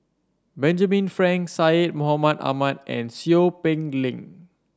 Benjamin Frank Syed Mohamed Ahmed and Seow Peck Leng